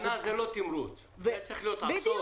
שנה זה לא תימרוץ, צריך להיות עשור.